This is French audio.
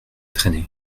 traîner